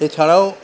এছাড়াও